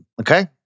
okay